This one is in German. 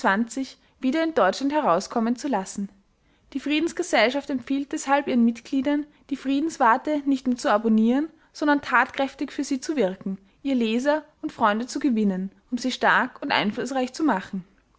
wieder in deutschland herauskommen zu lassen die friedensgesellschaft empfiehlt deshalb ihren mitgliedern die friedenswarte nicht nur zu abonnieren sondern tatkräftig für sie zu wirken ihr leser und freunde zu gewinnen um sie stark und einflußreich zu machen